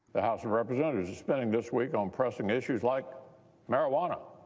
the house of representatives is spending this week on pressing issues like marijuana.